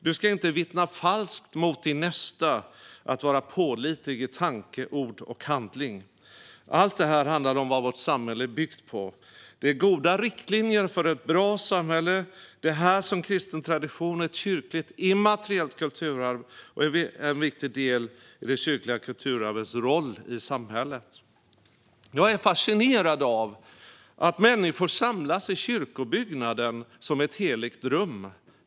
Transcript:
"Du skall inte vittna falskt mot din nästa", som innebär att vara pålitlig i tanke, ord och handling. Allt detta handlar om vad vårt samhälle är byggt på. Det är goda riktlinjer för ett bra samhälle. Det är det här som är kristen tradition och ett kyrkligt immateriellt kulturarv och utgör en viktig del i det kyrkliga kulturarvets roll i samhället. Jag är fascinerad av att människor samlas i kyrkobyggnaden som ett heligt rum.